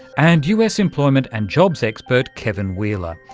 and us employment and jobs expert kevin wheeler,